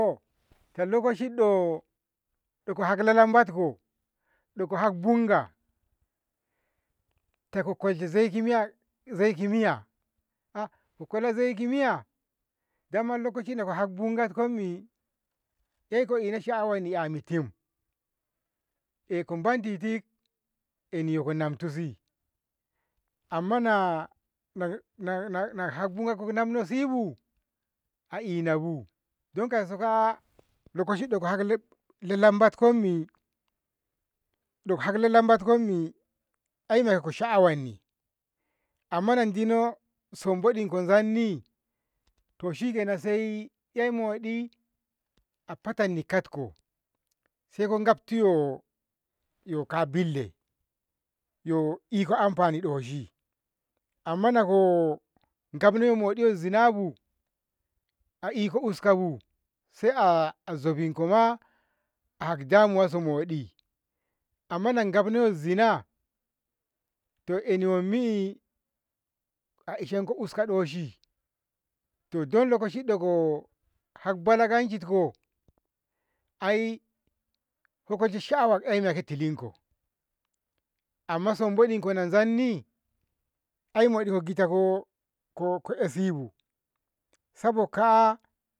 lokashi do ko hak lalambotko iko hakbunga toko kolshe zai ki miya ko kolo zaiki miya dama lokaci ko hatko gatkomi ei ko ina sha'awani yani tim ehko mantiti ehniyye ko mantisi amma na hatko ko nomko sibu a inabu dan kauso ka'a lokashi yo hatko lalambatkomin amma nadino sumbodi ko zanni toshikenan sai 'ya moɗi a fatanni katko saiko kfto yo yo ka billay yo iko amfani doshi amma nako gabno ya moɗi yo zinabu a iko uskabu sai a zafinkoma hak damuwasa moɗi amma gabno so zina to ehni wammi'i a ishenko uska doshi to dole lokashi doko hakbala ganjitko ai lokashi sha'awa ko ehtilinko amma sumbodi gola zanni ai moɗi ko ko gita eh sibu saboka'a